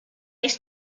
ist